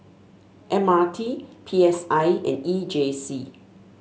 M R T P S I and E J C